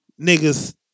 niggas